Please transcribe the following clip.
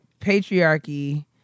patriarchy